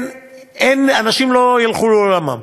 אנשים לא ילכו לעולמם.